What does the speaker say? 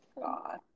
god